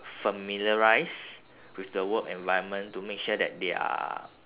familiarised with the work environment to make sure that they are